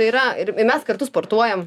yra ir mes kartu sportuojam